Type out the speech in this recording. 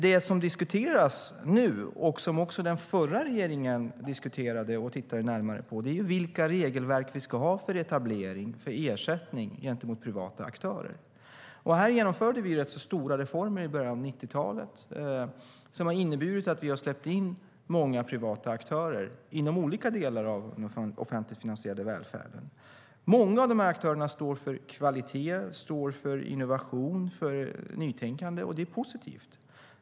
Det som nu diskuteras och som också den förra regeringen diskuterade och tittade närmare på är vilka regelverk som vi ska ha för etablering och ersättning gentemot privata aktörer. I början av 90-talet genomfördes det rätt så stora reformer som har inneburit att vi har släppt in många privata aktörer inom olika delar av den offentligt finansierade välfärden. Många av dessa aktörer står för kvalitet, innovation och nytänkande, och det är positivt.